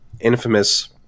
infamous